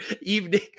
evening